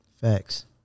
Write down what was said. Facts